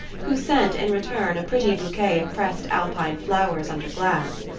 who sent, in return, a pretty bouquet of pressed alpine flowers under glass.